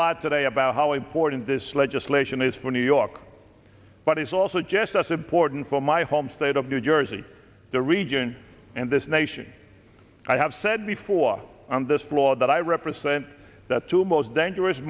lot today about how important this legislation is for new york but it's also just as important for my home state of new jersey the region and this nation i have said before on this blog that i represent that two most dangerous